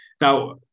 Now